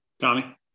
Tommy